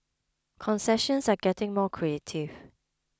concessions are getting more creative